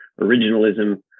originalism